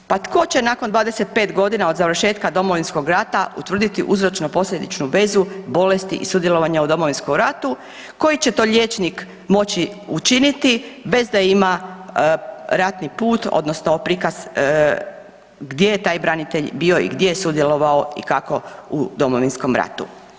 Pa tko će nakon 25 godina od završetka Domovinskog rata utvrditi uzročno-posljedičnu vezu bolesti i sudjelovanja u Domovinskom ratu, koji će to liječnik moći učiniti bez da ima ratni put odnosno prikaz gdje je taj branitelj bio, gdje je sudjelovao i kako u Domovinskom ratu?